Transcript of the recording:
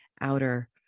outer